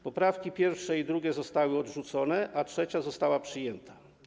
Poprawki pierwsza i druga zostały odrzucone, a trzecia została przyjęta.